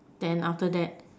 then after that